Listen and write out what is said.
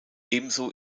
ebenso